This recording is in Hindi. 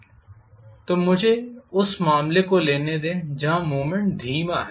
तो मुझे उस मामले को लेने दें जहां मूवमेंट धीमा है